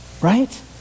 right